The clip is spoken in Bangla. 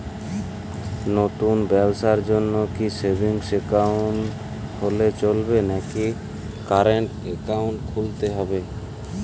নতুন ব্যবসার জন্যে কি সেভিংস একাউন্ট হলে চলবে নাকি কারেন্ট একাউন্ট খুলতে হবে?